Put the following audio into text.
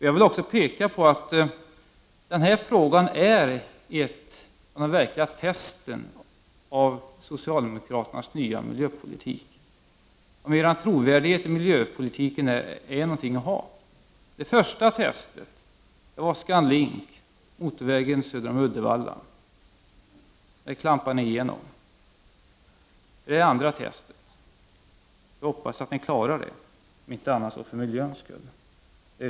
Jag vill också peka på att denna fråga är ett av de verkliga testen av socialdemokraternas nya miljöpolitik, av socialdemokraternas trovärdighet i miljöpolitiken. Det första testet var ScanLink, motorvägen söder om Uddevalla. Där klampade ni igenom. Detta är det andra testet. Jag hoppas att ni klarar det, om inte annat så för miljöns skull.